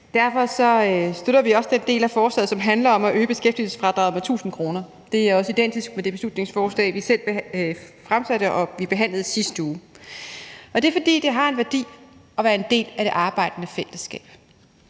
Derfor støtter vi også den del af forslaget, som handler om at øge beskæftigelsesfradraget med 1.000 kr. Det er også identisk med det beslutningsforslag, vi selv fremsatte, og som vi behandlede i sidste uge. Det er, fordi det har en værdi at være en del af det arbejdende fællesskab.